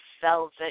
velvet